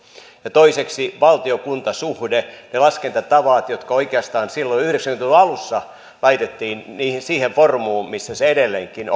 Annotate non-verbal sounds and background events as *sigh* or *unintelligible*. ja toiseksi valtio kunta suhteen laskentatavat oikeastaan silloin yhdeksänkymmentä luvun alussa laitettiin siihen formuun missä ne edelleenkin *unintelligible*